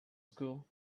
school